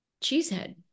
cheesehead